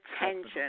attention